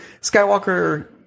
Skywalker